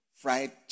fried